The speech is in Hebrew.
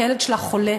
כי הילד שלה חולה.